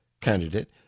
candidate